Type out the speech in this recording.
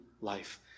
life